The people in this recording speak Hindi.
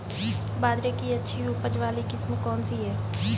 बाजरे की अच्छी उपज वाली किस्म कौनसी है?